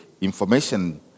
information